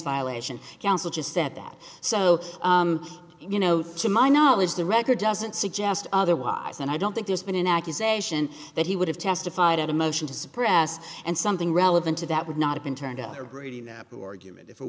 violation counsel just said that so you know to my knowledge the record doesn't suggest otherwise and i don't think there's been an accusation that he would have testified at a motion to suppress and something relevant to that would not have been turned out or